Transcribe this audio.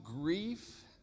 grief